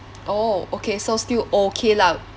oh okay so still okay lah